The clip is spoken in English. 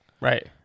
Right